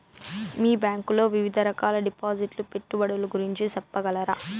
మీ bank లో వివిధ రకాల డిపాసిట్స్, పెట్టుబడుల గురించి సెప్పగలరా?